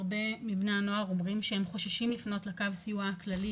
הרבה מבני הנוער טוענים שהם חוששים לפנות לקו הסיוע הכללי,